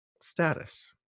status